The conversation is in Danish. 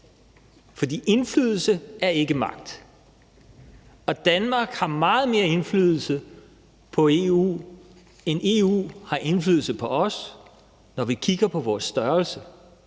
for indflydelse er ikke magt. Danmark har meget mere indflydelse på EU, end EU har indflydelse på os, når vi kigger på vores størrelse.